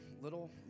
little